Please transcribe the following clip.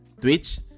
Twitch